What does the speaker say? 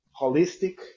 holistic